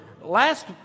Last